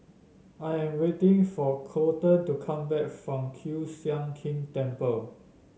I am waiting for Colten to come back from Kiew Sian King Temple